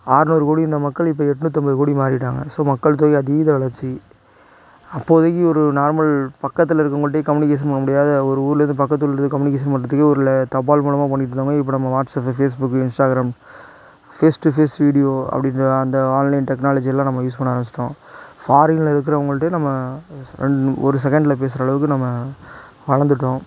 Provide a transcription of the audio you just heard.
ஆறுநூறு கோடி இருந்த மக்கள் இப்போ எண்நூத்தம்பது கோடி மாறிட்டாங்க ஸோ மக்கள் தொகை அதீத வளர்ச்சி அப்போதைக்கு ஒரு நார்மல் பக்கத்தில் இருக்குறவங்கள்ட்டையும் கமுனிகேஷன் பண்ணமுடியாத ஒரு ஊரில் இருந்து பக்கத்து ஊருக்கு கமுனிகேஷன் பண்ணுறதுக்கே ஒரு ல தபால் மூலமா பண்ணிட்டுருந்தாங்க இப்போ நம்ம WhatsApp Facebook Instagram face to face video அப்படின்ற அந்த ஆன்லைன் டெக்னாலஜிலாம் நம்ம யூஸ் பண்ண ஆரமிச்சிட்டோம் ஃபாரினில் இருக்குறவங்கள்ட்டே நம்ம ரெண்டு நு ஒரு செகண்ட்டில் பேசுகிற அளவுக்கு நம்ம வளர்ந்துட்டோம்